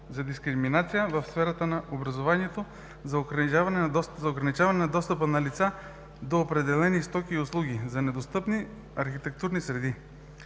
за дискриминация в сферата на образованието, за ограничаване достъпа на лица до определени стоки и услуги, за недостъпни архитектурни среди.